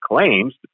claims